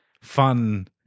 fun